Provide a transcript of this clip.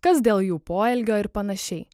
kas dėl jų poelgio ir panašiai